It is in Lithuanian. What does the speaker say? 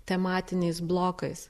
tematiniais blokais